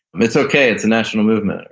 it's okay, it's a national movement.